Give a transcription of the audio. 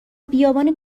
بیابان